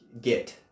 get